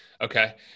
okay